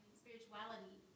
spirituality